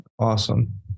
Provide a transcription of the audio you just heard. Awesome